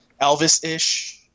Elvis-ish